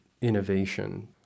innovation